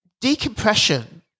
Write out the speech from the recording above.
decompression